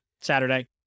Saturday